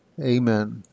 Amen